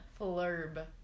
Flurb